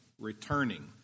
returning